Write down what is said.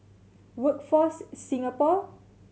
Workforce Singapore